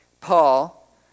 Paul